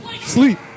Sleep